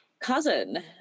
cousin